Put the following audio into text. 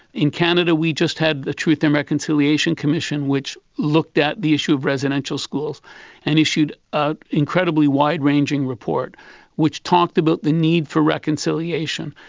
in canada we just had the truth and reconciliation commission which looked at the issue of residential schools and issued an ah incredibly wide ranging report which talked about the need for reconciliation.